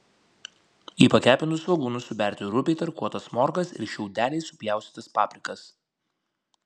į pakepintus svogūnus suberti rupiai tarkuotas morkas ir šiaudeliais supjaustytas paprikas